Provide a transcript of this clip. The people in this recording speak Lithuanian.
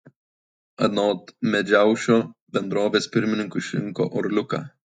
anot medžiaušio bendrovės pirmininku išrinko orliuką